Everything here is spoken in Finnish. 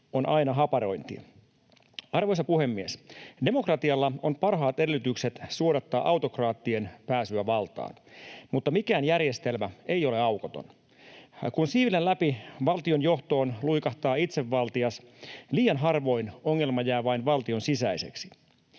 on aina haparointia. Arvoisa puhemies! Demokratialla on parhaat edellytykset suodattaa autokraattien pääsyä valtaan, mutta mikään järjestelmä ei ole aukoton. Kun siivilän läpi valtion johtoon luikahtaa itsevaltias, liian harvoin ongelma jää vain valtion sisäiseksi.